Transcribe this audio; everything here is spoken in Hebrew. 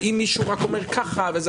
ואם מישהו רק אומר ככה וכולי.